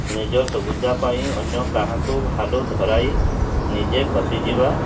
ନିଜ ସୁବିଧା ପାଇଁ ଅନ୍ୟ କାହାକୁ ଭାଲୁ ଧରାଇ ନିଜେ ଖସିଯିବା